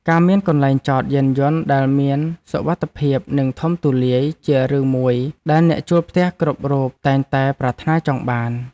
ការមានកន្លែងចតយានយន្តដែលមានសុវត្ថិភាពនិងធំទូលាយជារឿងមួយដែលអ្នកជួលផ្ទះគ្រប់រូបតែងតែប្រាថ្នាចង់បាន។